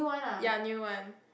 ya new one